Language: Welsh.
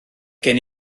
gen